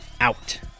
out